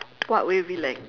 what wavy length